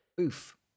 oof